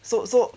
so so